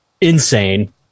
insane